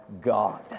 God